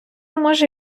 може